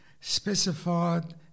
specified